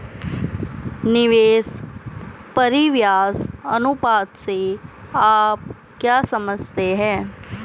निवेश परिव्यास अनुपात से आप क्या समझते हैं?